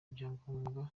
ibyangombwa